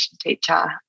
teacher